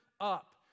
up